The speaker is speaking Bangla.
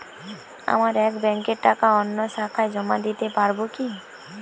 আমার এক ব্যাঙ্কের টাকা অন্য শাখায় জমা দিতে পারব কি?